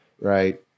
Right